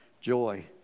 joy